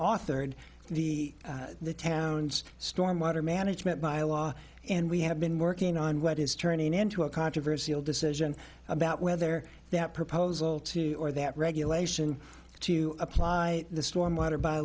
authored the the town's storm water management by law and we have been working on what is turning into a controversy a decision about whether that proposal today or that regulation to apply the stormwater by